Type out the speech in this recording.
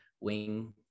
wing